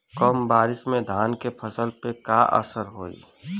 कम बारिश में धान के फसल पे का असर होई?